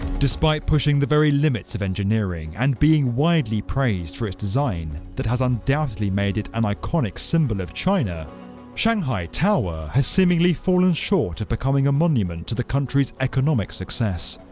despite pushing the very limits of engineering and being widely praised for its design that has undoubtedly made it an iconic symbol of china shanghai tower has seemingly fallen short of becoming a monument to the country's economic success,